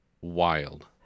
wild